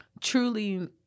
Truly